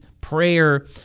prayer